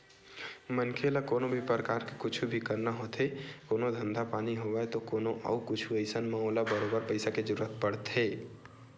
मनखे ल कोनो भी परकार के कुछु भी करना होथे कोनो धंधा पानी होवय ते कोनो अउ कुछु अइसन म ओला बरोबर पइसा के जरुरत पड़थे